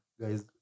guys